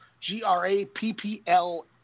G-R-A-P-P-L